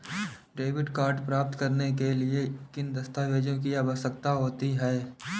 Debit card प्राप्त करने के लिए किन दस्तावेज़ों की आवश्यकता होती है?